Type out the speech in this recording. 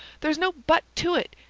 there's no but to it.